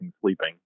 sleeping